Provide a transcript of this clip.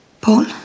Paul